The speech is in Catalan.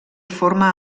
forma